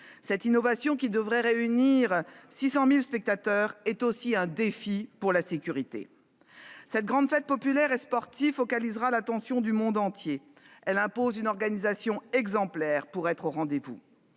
Cette innovation, qui devrait réunir 600 000 spectateurs, représente aussi un défi en termes de sécurité. Cette grande fête populaire et sportive focalisera l'attention du monde entier ; elle impose une organisation exemplaire. Livrer les